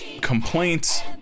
complaints